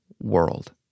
world